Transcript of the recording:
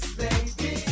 baby